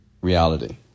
reality